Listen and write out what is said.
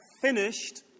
finished